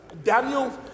Daniel